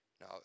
now